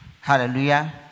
Hallelujah